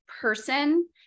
person